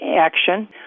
action